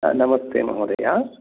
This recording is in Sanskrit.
नमस्ते महोदय